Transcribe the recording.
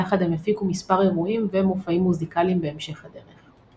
ויחד הם הפיקו מספר אירועים ומופעים מוזיקליים בהמשך הדרך.